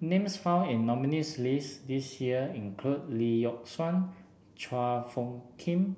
names found in the nominees' list this year include Lee Yock Suan Chua Phung Kim